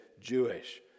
Jewish